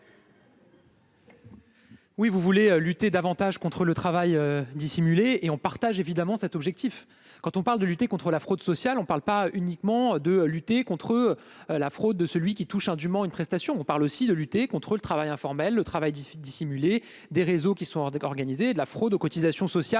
Oui, vous voulez lutter davantage contre le travail dissimulé et on partage évidemment cet objectif quand on parle de lutter contre la fraude sociale, on parle pas uniquement de lutter contre la fraude de celui qui touche du Mans, une prestation, on parle aussi de lutter contre le travail informel le travail 18 dissimulé des réseaux qui sont en débat organisé de la fraude aux cotisations sociales